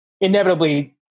inevitably